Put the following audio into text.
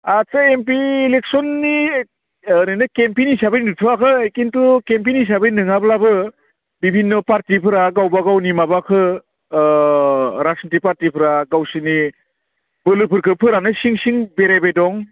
आथसा एमपि इलेक्सननि ओरैनो केम्पिन हिसाबै नुथवाखै खिनथु केमपिन हिसाबै नङाब्लाबो बिदिनो भिबिन्न पार्टीफोरा गावबा गावनि माबाखौ ओ राजनिथिक पार्टीफ्रा गावसिनि बोलोफोरखौ फोरानो सिं सिं बेरायबाय दं